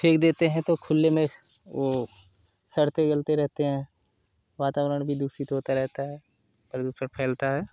फेंक देते हैं तो खुले में वो सड़ते गलते रहते हैं वातावरण भी दूषित होता रहता है प्रदूषण फैलता है